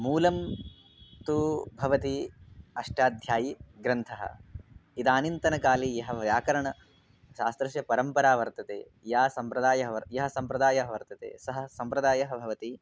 मूलं तु भवति अष्टाध्यायी ग्रन्थः इदानीन्तनकाले यः व्याकरणशास्त्रस्य परम्परा वर्तते यः सम्प्रदायः यः सम्प्रदायः वर्तते सः सम्प्रदायः भवति